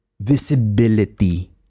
visibility